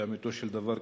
לאמיתו של דבר,